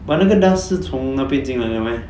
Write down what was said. but 那个 dust 是从那边进来的 meh